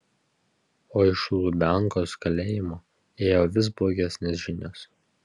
o iš lubiankos kalėjimo ėjo vis blogesnės žinios